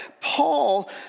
Paul